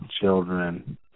children